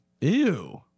Ew